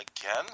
again